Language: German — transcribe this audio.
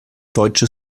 deutsche